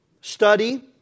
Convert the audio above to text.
Study